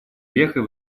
вехой